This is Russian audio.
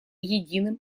единым